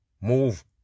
Move